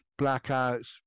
blackouts